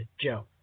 Joe